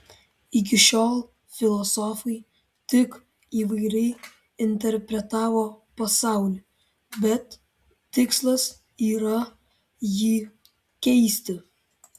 iki šiol filosofai tik įvairiai interpretavo pasaulį bet tikslas yra jį keisti